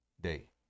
day